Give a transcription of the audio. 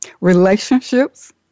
relationships